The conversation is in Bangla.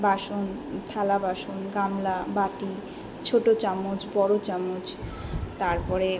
বাসন থালা বাসন গামলা বাটি ছোটো চামচ বড়ো চামচ তারপরে